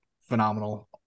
phenomenal